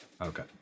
Okay